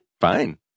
fine